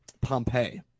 Pompeii